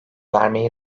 vermeyi